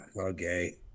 okay